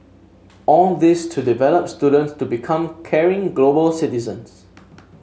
all this to develop students to become caring global citizens